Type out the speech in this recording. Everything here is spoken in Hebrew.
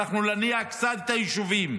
הצלחנו להניע קצת את היישובים.